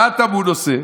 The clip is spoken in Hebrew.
מה הטמון עושה?